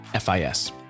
FIS